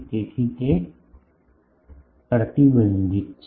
તેથી તે પ્રતિબંધ છે